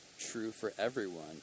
true-for-everyone